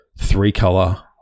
three-color